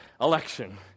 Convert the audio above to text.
election